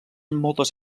moltes